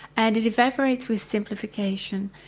and it evaporates with simplification.